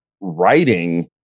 writing